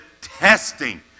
testing